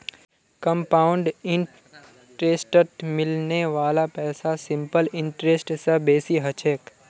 compound इंटरेस्टत मिलने वाला पैसा सिंपल इंटरेस्ट स बेसी ह छेक